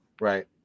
Right